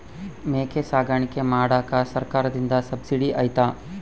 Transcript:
ಮೇಕೆ ಸಾಕಾಣಿಕೆ ಮಾಡಾಕ ಸರ್ಕಾರದಿಂದ ಸಬ್ಸಿಡಿ ಐತಾ?